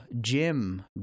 jim